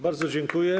Bardzo dziękuję.